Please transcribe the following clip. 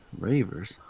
Ravers